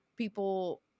people